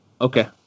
Okay